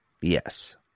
yes